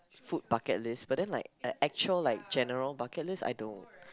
food bucket list but then like a actual like general bucket list I don't